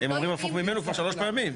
הם אומרים הפוך ממנו כבר שלוש פעמים.